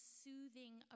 soothing